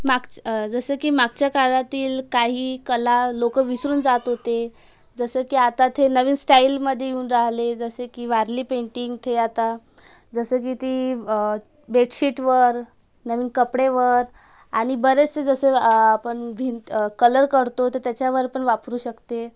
मागचं जसं की मागचं काळातील काही कला लोकं विसरून जात होते जसं की आता थे नवीन स्टाइलमधे येऊन राहिले जसे की वारली पेंटिंग थे आता जसं की ती बेडशीटवर नवीन कपडेवर आणि बरेचसं जसं आपण भिंत कलर करतो तर त्यच्यावर पण वापरू शकते